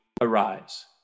arise